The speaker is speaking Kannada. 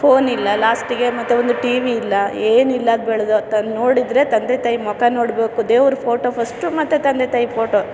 ಫೋನ್ ಇಲ್ಲ ಲಾಸ್ಟಿಗೆ ಮತ್ತೆ ಒಂದು ಟಿವಿ ಇಲ್ಲ ಏನಿಲ್ಲದು ಬೆಳೆದೋ ನೋಡಿದರೆ ತಂದೆ ತಾಯಿ ಮುಖ ನೋಡಬೇಕು ದೇವ್ರ ಫೋಟೊ ಫಸ್ಟು ಮತ್ತೆ ತಂದೆ ತಾಯಿ ಫೋಟೋ